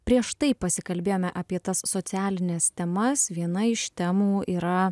prieš tai pasikalbėjome apie tas socialines temas viena iš temų yra